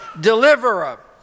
deliverer